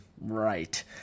Right